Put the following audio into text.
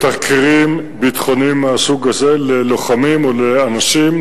בתחקירים ביטחוניים מהסוג הזה ללוחמים או לאנשים,